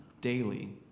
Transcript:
daily